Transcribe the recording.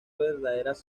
verdaderas